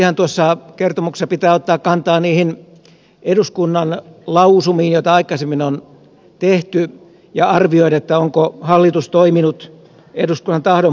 erityisestihän kertomuksessa pitää ottaa kantaa niihin eduskunnan lausumiin joita aikaisemmin on tehty ja arvioida onko hallitus toiminut eduskunnan tahdon mukaisesti